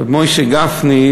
ר' מוישה גפני,